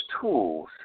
tools